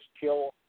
kill